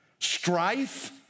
Strife